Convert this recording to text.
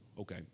Okay